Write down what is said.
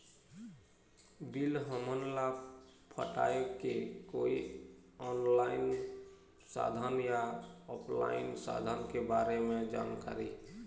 Bill हमन ला पटाए के कोई ऑनलाइन साधन या ऑफलाइन साधन के बारे मे जानकारी?